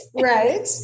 right